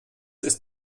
ist